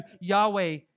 Yahweh